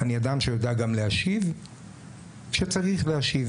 אני אדם שיודע גם להשיב כשצריך להשיב.